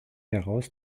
heraus